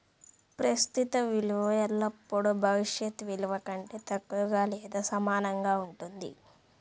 ప్రస్తుత విలువ ఎల్లప్పుడూ భవిష్యత్ విలువ కంటే తక్కువగా లేదా సమానంగా ఉంటుంది